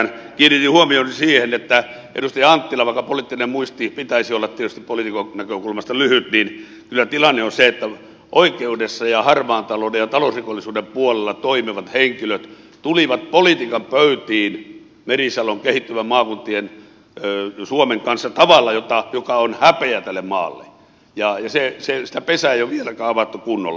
kiinnitin huomioni siihen että edustaja anttila vaikka poliittisen muistin pitäisi olla tietysti poliitikon näkökulmasta lyhyt niin kyllä tilanne on se että oikeudessa ja harmaan talouden ja talousrikollisuuden puolella toimivat henkilöt tulivat politiikan pöytiin merisalon kehittyvien maakuntien suomen kanssa tavalla joka on häpeä tälle maalle ja sitä pesää ei ole vieläkään avattu kunnolla